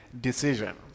decision